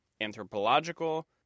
anthropological